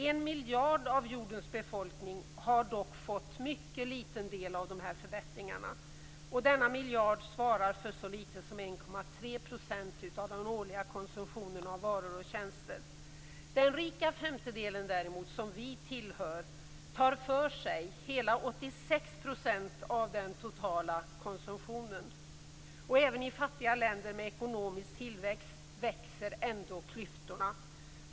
En miljard av jordens befolkning har dock fått mycket liten del av de här förbättringarna. Denna miljard svarar för så litet som 1,3 % Den rika femtedelen däremot, som vi tillhör, tar för sig hela 86 % av den totala konsumtionen. Även i fattiga länder med ekonomisk tillväxt växer klyftorna.